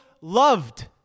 loved